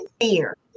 fear